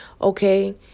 Okay